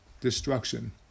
destruction